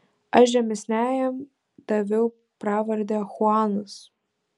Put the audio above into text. aš žemesniajam daviau pravardę chuanas